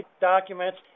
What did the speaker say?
documents